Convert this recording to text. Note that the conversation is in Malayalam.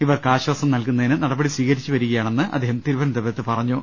ഇവർക്ക് ആശ്വാസം നൽകുന്നതിന് നടപടി സ്വീകരിച്ചുവരികയാണെന്ന് അദ്ദേഹം തിരുവനന്തപുരത്ത് പറഞ്ഞു